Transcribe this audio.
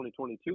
2022